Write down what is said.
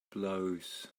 blows